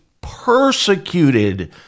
persecuted